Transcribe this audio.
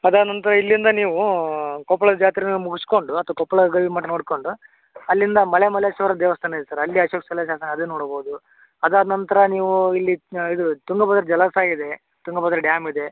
ಅದಾದ ನಂತರ ಇಲ್ಲಿಂದ ನೀವು ಕೊಪ್ಪಳ ಜಾತ್ರೆನ ಮುಗಿಸ್ಕೊಂಡು ಅಥ್ವಾ ಕೊಪ್ಪಳ ಗವಿಮಠ ನೋಡಿಕೊಂಡು ಅಲ್ಲಿಂದ ಮಳೆ ಮಲ್ಲೇಶ್ವರ ದೇವಸ್ಥಾನ ಇದೆ ಸರ್ ಅಲ್ಲಿ ಅಶೋಕ ಶಿಲಾಶಾಸನ ಅದನ್ನು ನೋಡ್ಬೌದು ಅದಾದ ನಂತರ ನೀವು ಇಲ್ಲಿ ಇದು ತುಂಗಭದ್ರಾ ಜಲಾಶಯ ಇದೆ ತುಂಗಭದ್ರಾ ಡ್ಯಾಮ್ ಇದೆ